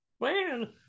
man